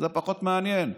זה פחות מעניין.